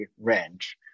range